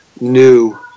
new